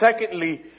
secondly